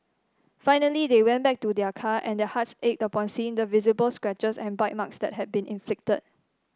finally they went back to their car and their hearts ached upon seeing the visible scratches and bite marks that had been inflicted